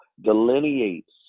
delineates